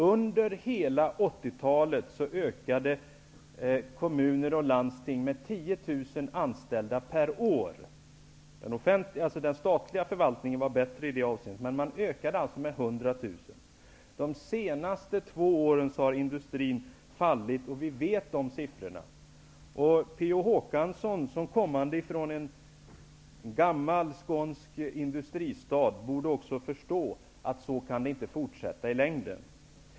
Under hela 80-talet ökade kommuner och landsting antalet anställda med 10 000 per år. Den statliga förvaltningen var bättre i detta avseende. Men det skedde alltså en ökning med 100 000. Under de senaste två åren har industrin minskat, och vi känner till dessa siffror. Per Olof Håkansson, som kommer från en gammal skånsk industristad, borde också förstå att det inte kan fortsätta på detta sätt i längden.